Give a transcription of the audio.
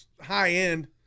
high-end